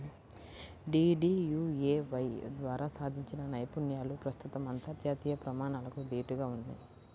DDUAY ద్వారా సాధించిన నైపుణ్యాలు ప్రస్తుతం అంతర్జాతీయ ప్రమాణాలకు దీటుగా ఉన్నయ్